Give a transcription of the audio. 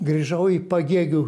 grįžau į pagėgių